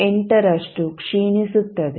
8 ರಷ್ಟು ಕ್ಷೀಣಿಸುತ್ತದೆ